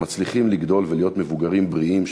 הם מצליחים לגדול ולהיות מבוגרים בריאים,